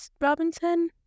robinson